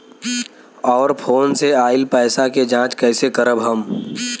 और फोन से आईल पैसा के जांच कैसे करब हम?